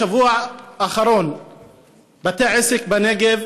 בשבוע האחרון בתי עסק בנגב,